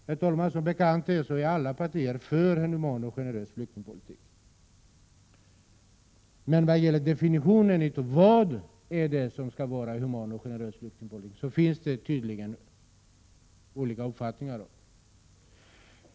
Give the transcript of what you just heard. Herr talman! Alla partier är för en human och generös flyktingpolitik, men när det gäller definitionen om vad som är humant och generöst finns det tydligen olika uppfattningar.